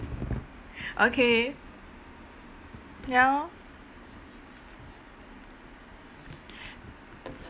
okay ya lor